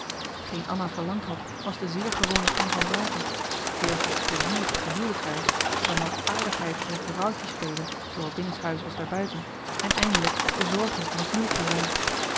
t geen anna verlangd had was de zeer gewone gang van zaken eerst wat plezier op de huwelijksreis dan wat aardigheid in het mevrouwtje spelen zoowel binnenshuis als daarbuiten en eindelijk de zorgen van het moedertje zijn